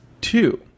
Two